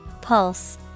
Pulse